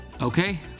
Okay